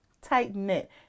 tight-knit